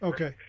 Okay